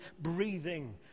breathing